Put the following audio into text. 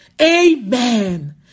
Amen